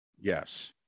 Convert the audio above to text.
Yes